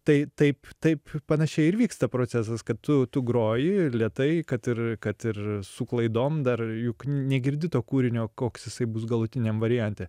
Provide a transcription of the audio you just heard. tai taip taip panašiai ir vyksta procesas kad tu tu groji lėtai kad ir kad ir su klaidom dar juk negirdi to kūrinio koks jisai bus galutiniam variante